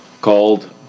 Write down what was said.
called